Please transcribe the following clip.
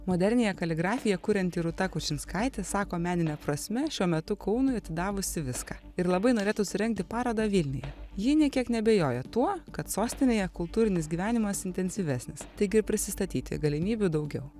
moderniąją kaligrafiją kurianti rūta kučinskaitė sako menine prasme šiuo metu kaunui atidavusi viską ir labai norėtų surengti parodą vilniuje ji nė kiek neabejoja tuo kad sostinėje kultūrinis gyvenimas intensyvesnis taigi ir prisistatyti galimybių daugiau